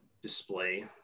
display